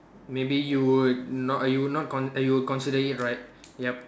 maybe you would not you would not con~ you would consider it right yup